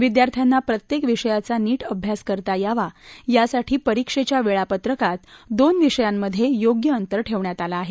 विद्यार्थ्यांना प्रत्येक विषयाचा नी अभ्यास करता यावा यासाठी परीक्षेच्या वेळापत्रकात दोन विषयांमधे योग्य अंतर ठेवण्यात आलं आहे